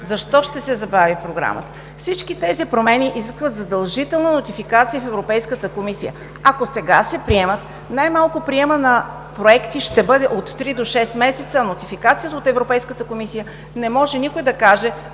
Защо ще се забави програмата? Всички тези промени изискват задължителна нотификация в Европейската комисия. Ако сега се приемат, най-малко приемът на проекти ще бъде от три до шест месеца, а нотификацията от Европейската комисия не може никой да каже